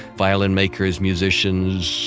violin makers, musicians,